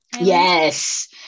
yes